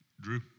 Drew